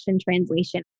translation